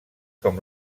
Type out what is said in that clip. com